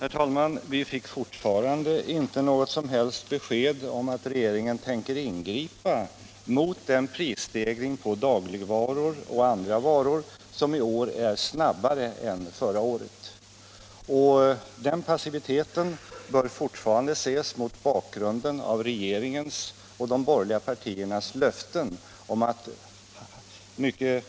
Herr talman! Vi fick fortfarande inte något som helst besked om att regeringen tänker ingripa mot den prisstegring på dagligvaror och andra varor som i år går snabbare än förra året. Den passiviteten bör fortfarande ses mot bakgrund av regeringens, de borgerliga partiernas löften om att mycket